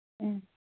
ꯎꯝ